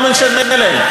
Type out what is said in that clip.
לא משנה להם.